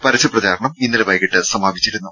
പരസ്യപ്രചാരണം ഇന്നലെ വൈകിട്ട് സമാപിച്ചിരുന്നു